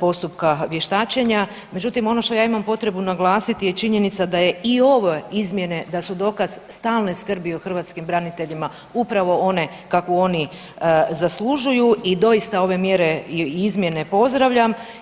postupka vještačenja, međutim ono što ja imam potrebu naglasiti je činjenica da je ove izmjene da su dokaz stalne skrbi o hrvatskim braniteljima, upravo one kako oni zaslužuju i doista ove mjere i izmjene pozdravljam.